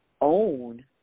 own